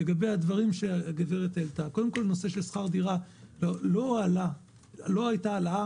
לגבי הדברים שהגברת מורביה העלתה לא הייתה העלאה